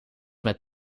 met